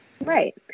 Right